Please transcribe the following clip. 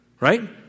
Right